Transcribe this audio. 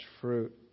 fruit